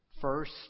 first